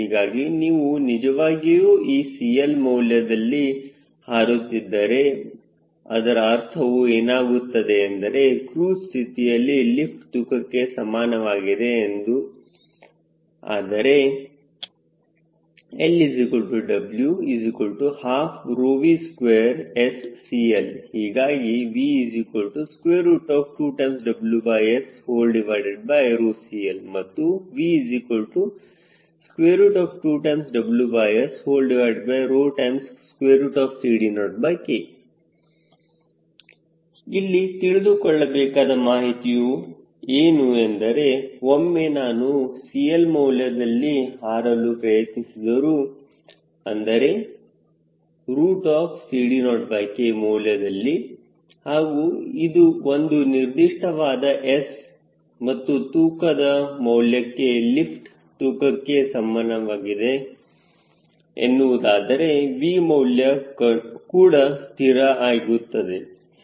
ಹೀಗಾಗಿ ನೀವು ನಿಜವಾಗಿಯೂ ಈ CL ಮೌಲ್ಯದಲ್ಲಿ ಹಾರುತ್ತಿದ್ದರೆ ಅದರ ಅರ್ಥವು ಏನಾಗುತ್ತದೆ ಎಂದರೆ ಕ್ರೂಜ್ ಸ್ಥಿತಿಯಲ್ಲಿ ಲಿಫ್ಟ್ ತೂಕಕ್ಕೆ ಸಮಾನವಾಗಿದೆ ಎಂದು ಅಂದರೆ LW12V2SCL ಹೀಗಾಗಿ V2 WSCL ಮತ್ತು V2 WSCD0K ಇಲ್ಲಿ ತಿಳಿದುಕೊಳ್ಳಬೇಕಾದ ಮಾಹಿತಿಯು ಏನು ಎಂದರೆ ಒಮ್ಮೆ ನಾನು CL ಮೌಲ್ಯದಲ್ಲಿ ಹಾರಲು ಪ್ರಯತ್ನಿಸಿದರು ಅಂದರೆ CD0K ಮೌಲ್ಯದಲ್ಲಿ ಹಾಗೂ ಒಂದು ನಿರ್ದಿಷ್ಟವಾದ S ಮತ್ತು ತೂಕದ ಮೌಲ್ಯಕ್ಕೆ ಲಿಫ್ಟ್ ತೂಕಕ್ಕೆ ಸಮಾನವಾಗಿದೆ ಎನ್ನುವುದಾದರೆ V ಮೌಲ್ಯ ಕೂಡ ಸ್ಥಿರ ಆಗುತ್ತದೆ ಸರಿ